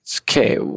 Okay